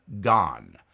gone